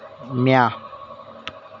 म्या